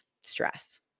stress